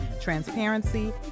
transparency